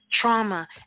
trauma